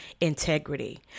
integrity